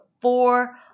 four